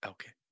Okay